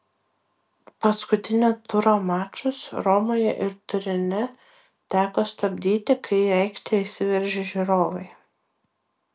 paskutinio turo mačus romoje ir turine teko stabdyti kai į aikštę įsiveržė žiūrovai